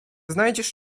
znajdziesz